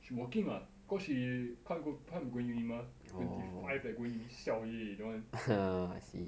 she working ah cause she can't be can't be going uni mah twenty five leh go uni siao already that one